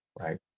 Right